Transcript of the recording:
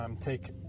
take